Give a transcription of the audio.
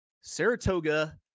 Saratoga